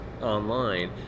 online